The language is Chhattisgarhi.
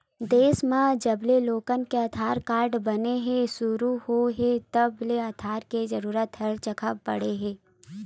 देस म जबले लोगन के आधार कारड बने के सुरू होए हे तब ले आधार के जरूरत हर जघा पड़त हे